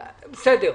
בסדר.